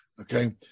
okay